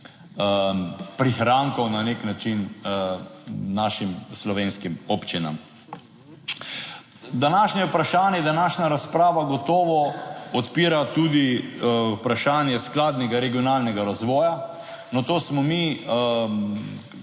prihrankov na neki način našim slovenskim občinam. Današnje vprašanje, današnja razprava gotovo odpira tudi vprašanje skladnega regionalnega razvoja. Na to smo mi